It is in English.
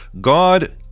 god